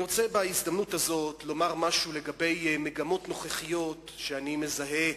בהזדמנות הזאת אני רוצה לומר משהו על מגמות נוכחיות שאני מזהה,